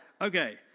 okay